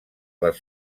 les